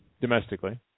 domestically